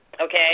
okay